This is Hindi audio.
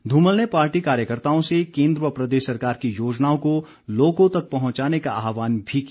धूमल ने पार्टी कार्यकर्ताओं से केन्द्र व प्रदेश सरकार की योजनाओं को लोगों तक पहुंचाने का आहवान भी किया